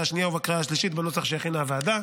השנייה ובקריאה השלישית בנוסח שהכינה הוועדה.